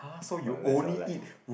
for the rest of like